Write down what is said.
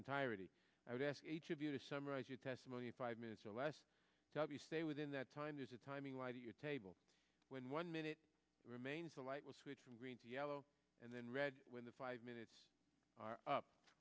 entirety i would ask each of you to summarize your testimony five minutes or less of you stay within that time there's a timing light to your table when one minute remains the light will switch from green to yellow and then red when the five minutes are up